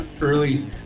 early